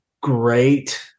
great